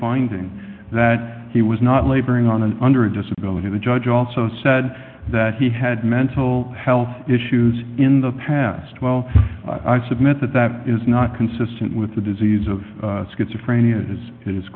finding that he was not laboring on an under disability the judge also said that he had mental health issues in the past while i submit that that is not consistent with the disease of schizophrenia is i